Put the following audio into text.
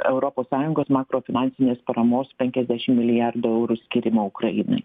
europos sąjungos makro finansinės paramos penkiasdešim milijardų eurų skyrimo ukrainai